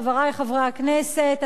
חברי חברי הכנסת,